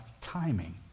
timing